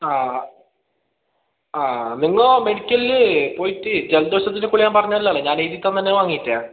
ആ ആ ആ ആ നിങ്ങൾ മെഡിക്കല്ല് പോയിട്ട് ജലദോഷത്തിൻ്റെ ഗുളിക ഞാൻ പറഞ്ഞത് അല്ലാലോ ഞാൻ എഴുതി തന്നത് തന്നെ വാങ്ങിയിട്ടില്ലേ